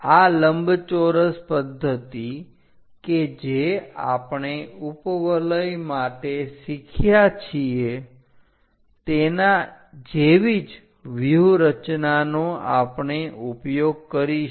આ લંબચોરસ પદ્ધતિ કે જે આપણે ઉપવલય માટે શીખ્યા છીએ તેના જેવી જ વ્યુહરચનાનો આપણે ઉપયોગ કરીશું